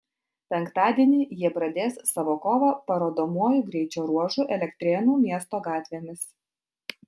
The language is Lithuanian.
penktadienį jie pradės savo kovą parodomuoju greičio ruožu elektrėnų miesto gatvėmis